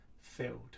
filled